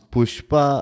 Pushpa